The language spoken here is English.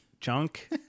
junk